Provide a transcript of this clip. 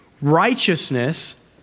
righteousness